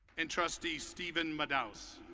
and trustee steven madhouse.